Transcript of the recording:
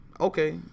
Okay